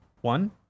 one